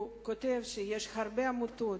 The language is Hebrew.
הוא כותב שיש הרבה עמותות,